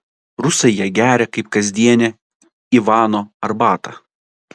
rusai ją geria kaip kasdieninę ivano arbatą